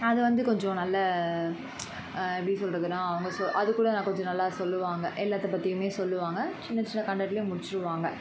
அது வந்து கொஞ்சம் நல்ல எப்படி சொல்கிறதுனா அவங்க சொ அதுக்கூட நான் கொஞ்சம் நல்லா சொல்லுவாங்கள் எல்லாத்தப்பற்றியுமே சொல்லுவாங்கள் சின்ன சின்ன கன்டன்ட்லையே முடிச்சிடுவாங்கள்